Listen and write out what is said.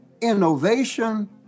Innovation